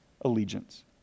allegiance